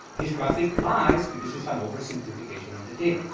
this graphic lies because it's ah an oversimplification of the data.